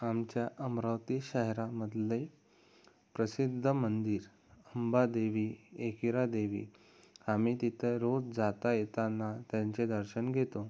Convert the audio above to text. आमच्या अमरावती शहरामधले प्रसिद्ध मंदिर अंबादेवी एक हिरादेवी आम्ही तिथं रोज जाता येताना त्यांचे दर्शन घेतो